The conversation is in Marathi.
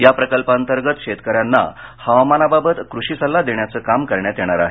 या प्रकल्पाअंतर्गत शेतकऱ्यांना हवामानाबाबत कृषि सल्ला देण्याचं काम करण्यात येणार आहे